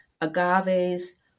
agaves